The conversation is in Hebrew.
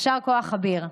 יישר כוח, אביר.